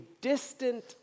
distant